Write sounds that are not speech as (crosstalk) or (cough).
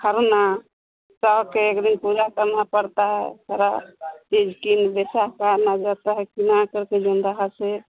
खरना (unintelligible) के एक दिन पूजा करना पड़ता है थोड़ा चीज किन बेसाह के आनल जाता है किना करके (unintelligible) से